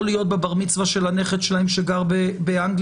להיות בבר מצווה של הנכד שלהם שגר באנגליה?